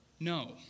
No